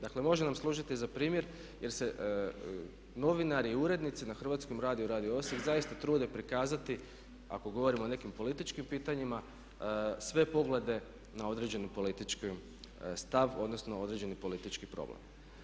Dakle, može nam služiti za primjer jer se novinari i urednici na Hrvatskom radiju i radio Osijek zaista trude prikazati ako govorimo o nekim političkim pitanjima sve poglede na određeni politički stvar, odnosno određeni politički problem.